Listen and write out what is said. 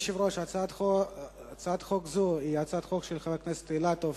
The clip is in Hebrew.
הצעת חוק זו היא הצעת חוק של חברי הכנסת אילטוב,